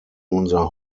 unser